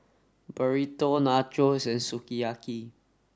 Burrito Nachos and Sukiyaki